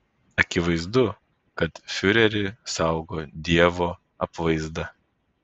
akivaizdu kad fiurerį saugo dievo apvaizda